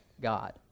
God